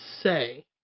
say